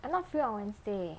I not free on wednesday